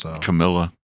Camilla